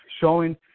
Showing